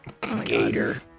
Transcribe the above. Gator